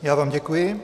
Já vám děkuji.